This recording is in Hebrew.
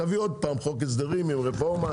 תביא עוד פעם חוק הסדרים עם רפורמה,